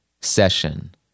session